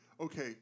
okay